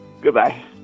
Goodbye